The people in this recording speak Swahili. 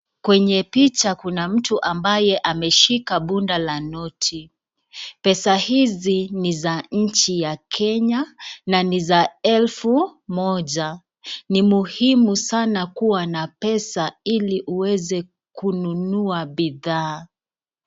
Kwenye picha kuna mtu ambaye ameshika bunda la noti. Pesa hizi ni za nchi ya Kenya, na niza elfu moja. Ni muhimu sana kuwa na pesa iliuweze kununua bidhaa.